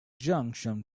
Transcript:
junction